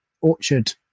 orchard